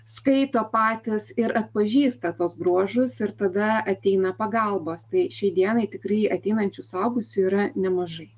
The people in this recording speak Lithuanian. skaito patys ir atpažįsta tuos bruožus ir tada ateina pagalbos tai šiai dienai tikrai ateinančių suaugusiųjų yra nemažai